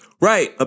Right